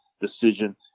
decision